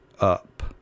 up